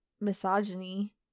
misogyny